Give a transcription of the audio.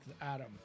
Adam